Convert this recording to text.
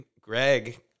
Greg